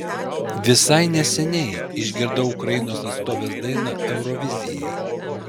visai neseniai išgirdau ukrainos atstovės dainą eurovizijai